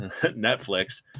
Netflix